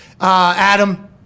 Adam